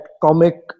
comic